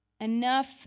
Enough